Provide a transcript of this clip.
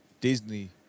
Disney